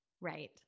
Right